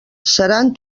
seran